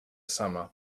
summer